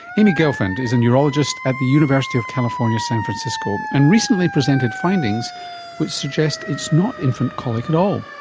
amy gelfand is a neurologist at the university of california san francisco and recently presented findings which suggest it's not infant colic at all,